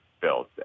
built